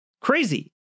crazy